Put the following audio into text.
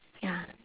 ya